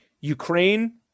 Ukraine